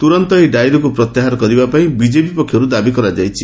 ତୁରନ୍ତ ଏହି ଡାଏରୀକୁ ପ୍ରତ୍ୟାହାର କରିବା ପାଇଁ ବିଜେପି ପକ୍ଷରୁ ଦାବି କରାଯାଇଛି